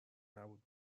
نبوده